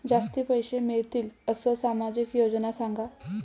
जास्ती पैशे मिळतील असो सामाजिक योजना सांगा?